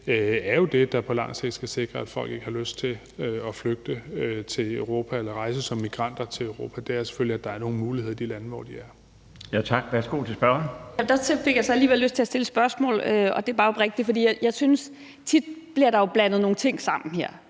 er jo det, der på lang sigt skal sikre, at folk ikke har lyst til at flygte til Europa eller rejse som migranter til Europa – det er selvfølgelig, at der er nogle muligheder i de lande, hvor de er. Kl. 16:06 Den fg. formand (Bjarne Laustsen): Tak. Værsgo til spørgeren. Kl. 16:06 Zenia Stampe (RV): Der fik jeg så alligevel lyst til at stille et spørgsmål, og det er oprigtigt, for jeg synes, at der tit bliver blandet nogle ting sammen her.